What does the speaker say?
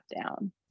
down